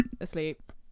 asleep